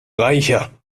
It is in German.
reicher